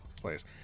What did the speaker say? place